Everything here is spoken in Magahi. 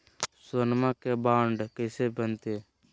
सोनमा के बॉन्ड कैसे बनते?